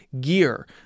gear